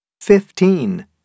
fifteen